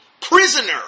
prisoner